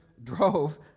drove